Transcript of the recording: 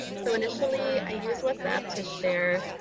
so initially i used whatsapp to share